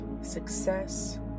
success